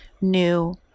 new